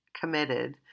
committed